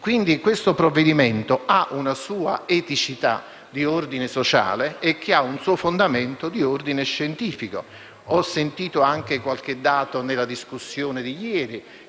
Questo provvedimento, quindi, ha una sua eticità di ordine sociale e un suo fondamento di ordine scientifico. Ho sentito anche qualche dato nella discussione di ieri